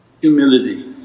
humility